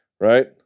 right